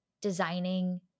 designing